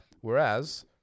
Whereas